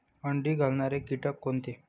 अंडी घालणारे किटक कोणते?